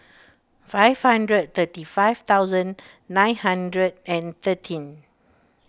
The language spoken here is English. five hundred thirty five thousand nine hundred and thirteen